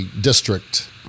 district